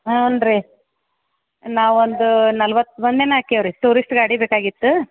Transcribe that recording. ಹ್ಞೂ ರೀ ನಾವು ಒಂದು ನಲ್ವತ್ತು ಮಂದಿನ ಹಾಕೀವಿ ರೀ ಟೂರಿಸ್ಟ್ ಗಾಡಿ ಬೇಕಾಗಿತ್ತು